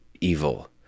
evil